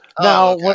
Now